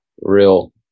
real